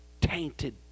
tainted